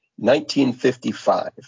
1955